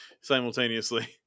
simultaneously